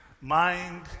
Mind